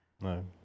No